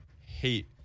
hate